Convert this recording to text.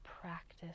practice